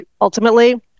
ultimately